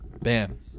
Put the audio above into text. bam